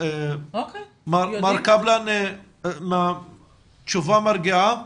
מר קפלן, תשובה מרגיעה?